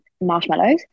Marshmallows